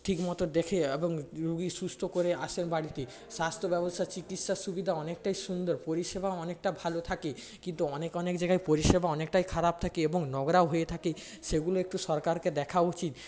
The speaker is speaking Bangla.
ঠিকমতো দেখে এবং রুগী সুস্থ করে আসেন বাড়িতে স্বাস্থ্যব্যবস্থা চিকিৎসার সুবিধা অনেকটাই সুন্দর পরিষেবা অনেকটা ভালো থাকে কিন্তু অনেক অনেক জায়গায় পরিষেবা অনেকটাই খারাপ থাকে এবং নোংরাও হয়ে থাকে সেগুলো একটু সরকারকে দেখা উচিত